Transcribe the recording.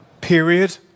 period